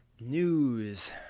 News